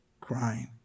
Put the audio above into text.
crying